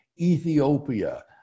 Ethiopia